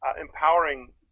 empowering